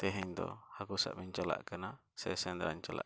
ᱛᱮᱦᱮᱧ ᱫᱚ ᱦᱟᱹᱠᱩ ᱥᱟᱵ ᱤᱧ ᱪᱟᱞᱟᱜ ᱠᱟᱱᱟ ᱥᱮ ᱥᱮᱸᱫᱽᱨᱟᱧ ᱪᱟᱞᱟᱜ ᱠᱟᱱᱟ